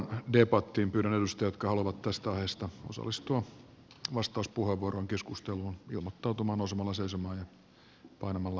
pyydän edustajia jotka haluavat tästä aiheesta osallistua vastauspuheenvuoroin keskusteluun ilmoittautumaan nousemalla seisomaan ja painamalla v painiketta